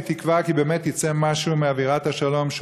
אני תקווה כי באמת יצא משהו מאווירת השלום,